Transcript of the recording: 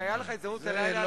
והיתה לך הזדמנות בלילה.